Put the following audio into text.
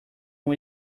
uma